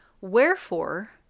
Wherefore